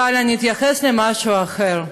אבל אני אתייחס למשהו אחר: